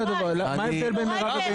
מה הבדל בין מירב לביני?